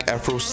Afro